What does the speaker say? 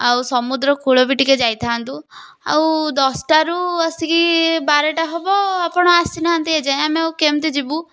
ଆଉ ସମୁଦ୍ର କୂଳ ବି ଟିକେ ଯାଇଥାଆନ୍ତୁ ଆଉ ଦଶଟାରୁ ଆସିକି ବାରଟା ହେବ ଆପଣ ଆସିନାହାନ୍ତି ଏଯାଏଁ ଆମେ ଆଉ କେମିତି ଯିବୁ